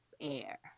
air